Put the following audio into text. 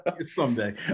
Someday